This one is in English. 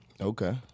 Okay